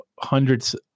hundreds